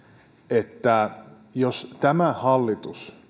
että jos tämä hallitus